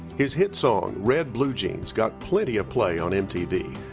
his hit song, red bluejeans got plenty of play on mtv,